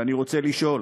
ואני רוצה לשאול: